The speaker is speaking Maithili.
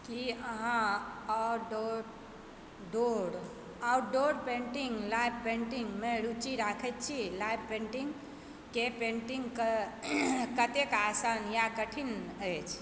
की अहाँ औटडोर आउटडोर पेन्टिंग लाइव पेन्टिंगमे रुचि राखैत छी लाइव पेंटिंगके पेन्टिंगकऽ कतेक आसान या कठिन अछि